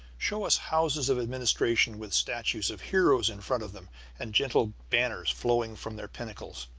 show us houses of administration with statues of heroes in front of them and gentle banners flowing from their pinnacles.